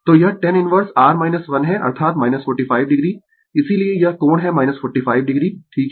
तो यह tan inverse r 1 है अर्थात 45 o इसीलिये यह कोण है 45 o ठीक है